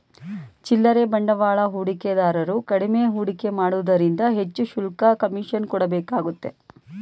ಚಿಲ್ಲರೆ ಬಂಡವಾಳ ಹೂಡಿಕೆದಾರರು ಕಡಿಮೆ ಹೂಡಿಕೆ ಮಾಡುವುದರಿಂದ ಹೆಚ್ಚು ಶುಲ್ಕ, ಕಮಿಷನ್ ಕೊಡಬೇಕಾಗುತ್ತೆ